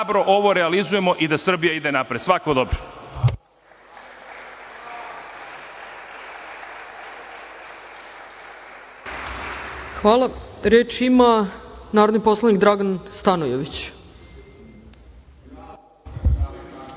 da hrabro ovo realizujemo i da Srbija ide napred. Svako dobro. **Ana Brnabić** Hvala. Reč ima narodni poslanik Dragan Stanojević.